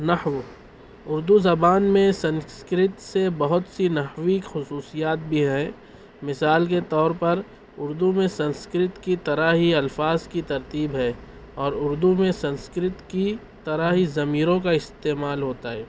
نحو اردو زبان میں سنسکرت سے بہت سی نحوی خصوصیات بھی ہیں مثال کے طور پر اردو میں سنسکرت کی طرح ہی الفاظ کی ترتیب ہے اور اردو میں سنسکرت کی طرح ہی ضمیروں کا استعمال ہوتا ہے